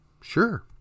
Sure